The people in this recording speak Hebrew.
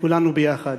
כולנו ביחד,